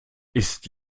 ist